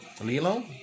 Lilo